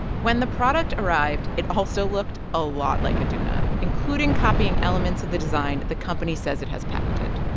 when the product arrived, it also looked a lot like a doona, including copying elements of the design the company says it has patented.